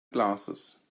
glasses